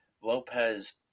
Lopez